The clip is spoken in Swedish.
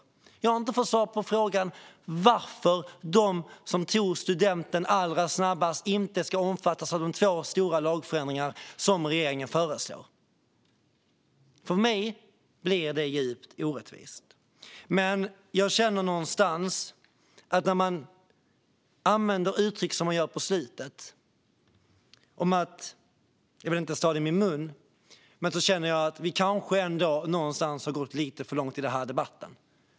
Jag har inte fått svar på frågan varför de som tog studenten allra snabbast inte ska omfattas av de två lagförändringar som regeringen föreslår. För mig blir det djupt orättvist. När man använder uttryck som i slutet av den förra repliken - jag vill inte ens ta det i min mun - känner jag att vi kanske ändå någonstans har gått lite för långt i den här debatten.